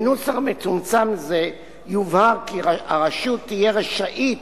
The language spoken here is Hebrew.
בנוסח מצומצם זה יובהר כי הרשות תהיה רשאית